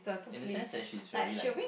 in the sense that she's very alike